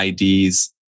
IDs